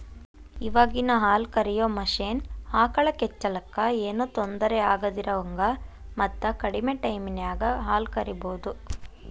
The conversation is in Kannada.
ಇವಾಗಿನ ಹಾಲ ಕರಿಯೋ ಮಷೇನ್ ಆಕಳ ಕೆಚ್ಚಲಕ್ಕ ಏನೋ ತೊಂದರೆ ಆಗದಿರೋಹಂಗ ಮತ್ತ ಕಡಿಮೆ ಟೈಮಿನ್ಯಾಗ ಹಾಲ್ ಕರಿಬಹುದು